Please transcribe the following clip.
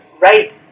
right